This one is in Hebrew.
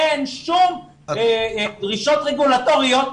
אין שום דרישות רגולטוריות,